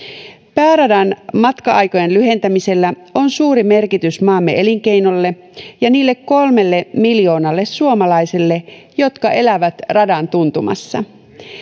pääradan matka aikojen lyhentämisellä on suuri merkitys maamme elinkeinoille ja niille kolmelle miljoonalle suomalaiselle jotka elävät radan tuntumassa